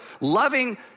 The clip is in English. loving